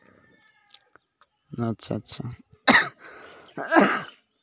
ᱟᱪᱪᱷᱟ ᱪᱷᱟ ᱪᱷᱟ